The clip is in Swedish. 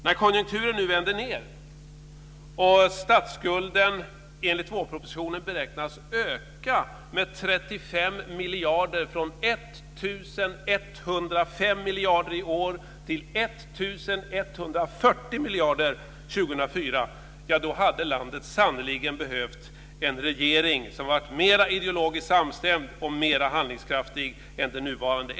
När konjunkturen nu vänder ned och statsskulden enligt vårpropositionen beräknas öka med 35 miljarder från 1 105 miljarder i år till 1 140 miljarder år 2004 hade landet verkligen behövt en mer ideologiskt samstämd och handlingskraftig regering än den nuvarande.